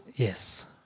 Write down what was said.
Yes